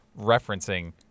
referencing